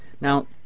Now